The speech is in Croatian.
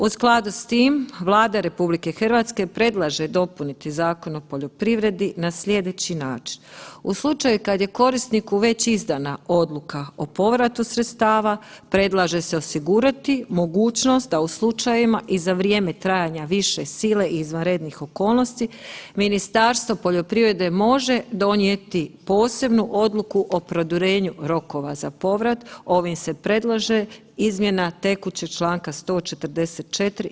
U skladu s tim Vlada RH predlaže dopuniti Zakon o poljoprivredi na sljedeći način, u slučaju kad je korisniku već izdana odluka o povratu sredstava, predlaže se osigurati mogućnost da u slučajevima i za vrijeme trajanja više sile i izvanrednih okolnosti Ministarstvo poljoprivrede može donijeti posebnu odluku o produljenju rokova za povrat, ovim se predlaže izmjena tekućeg čl. 144.